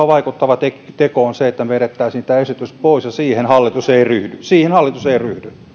vaikuttava teko on se että vedettäisiin tämä esitys pois ja siihen hallitus ei ryhdy siihen hallitus ei ryhdy